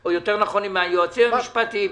או יותר נכון עם היועצים המשפטיים.